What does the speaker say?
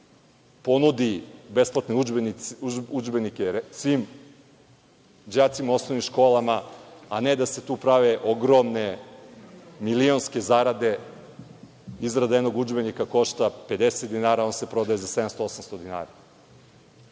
ponudi besplatne udžbenike svim đacima u osnovnim školama, a ne da se tu prave ogromne milionske zarade. Izrada jednog udžbenika košta pedeset dinara, a on se prodaje za 700 ili 800 dinara.